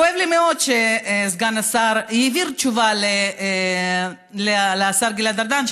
כואב לי מאוד שסגן השר העביר תשובה לשר גלעד ארדן,